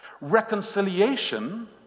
Reconciliation